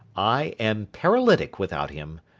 i am paralytic without him.